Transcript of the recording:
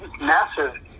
massive